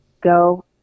go